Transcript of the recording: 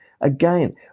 again